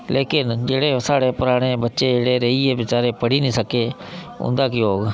लेकिन जेह्ड़े साढ़े पराने बच्चे जेह्ड़े रेहियै गे बचारे पढ़ी निं सके न उं'दा केह् होग